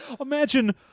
Imagine